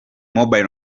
mobile